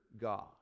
God